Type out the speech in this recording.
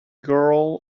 girl